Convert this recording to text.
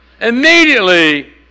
Immediately